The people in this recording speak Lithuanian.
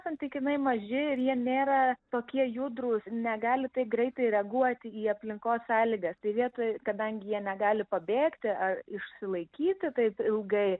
santykinai maži ir jie nėra tokie judrūs negali taip greitai reaguoti į aplinkos sąlygas tai vietoj kadangi jie negali pabėgti ar išsilaikyti taip ilgai